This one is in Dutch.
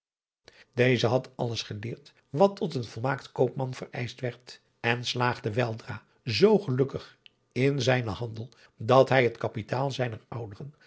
deze had alles geleerd wat tot een volmaakt koopman vereischt werd en slaagde weldra zoo gelukkig in zijnen handel dat hij het kapitaal zijner ouderen